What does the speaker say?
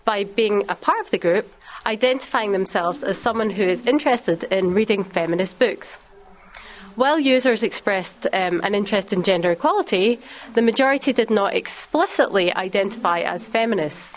by being a part of the group identifying themselves as someone who is interested in reading feminist books well users expressed an interest in gender equality the majority did not explicitly identify as feminist